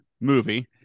movie